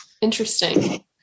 Interesting